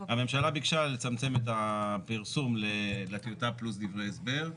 הממשלה ביקשה לצמצם את הפרסום לטיוטה פלוס דברי הסבר.